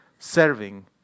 serving